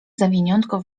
zawiniątko